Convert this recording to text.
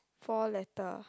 four letter